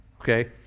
Okay